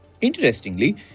Interestingly